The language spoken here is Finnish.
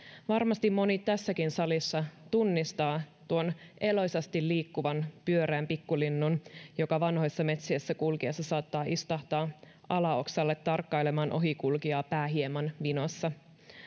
varmasti moni tässäkin salissa tunnistaa tuon eloisasti liikkuvan pyöreän pikkulinnun joka vanhoissa metsissä kulkiessa saattaa istahtaa alaoksalle tarkkailemaan ohikulkijaa pää hieman vinossa